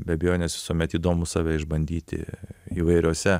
be abejonės visuomet įdomu save išbandyti įvairiose